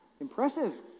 impressive